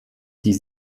die